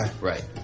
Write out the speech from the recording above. Right